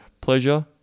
pleasure